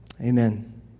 Amen